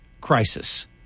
crisis